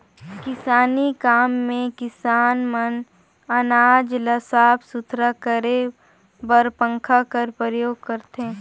किसानी काम मे किसान मन अनाज ल साफ सुथरा करे बर पंखा कर परियोग करथे